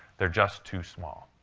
they're just too small.